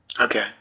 Okay